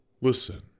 Listen